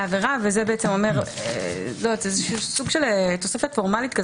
עבירה וזאת בעצם סוג של תוספת פורמאלית.